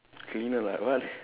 cleaner like what